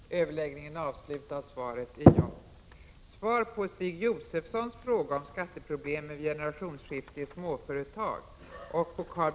Arvsoch gåvoskattekommittén har ej tillåtits att se över genreationsskiftesproblem för småföretagare. Enligt nu gällande regler är det skattemässigt mycket fördelaktigare att överlåta ett företag genom arv än under livstiden.